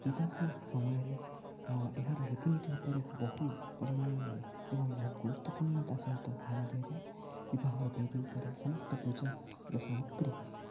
ବିବାହ ସମୟରେ ଏହାର ରୀତିନୀତି ଉପରେ ବହୁ ପରିମାଣରେ ଏବଂ ବହୁ ଗୁରୁତ୍ୱପୂର୍ଣ୍ଣ ତା ସହିତ ଧ୍ୟାନ ଦିଆଯାଏ ବିବାହର ବେଦି ଉପରେ ସମସ୍ତ ପୂଜାର ସାମଗ୍ରୀ